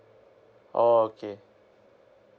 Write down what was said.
oh okay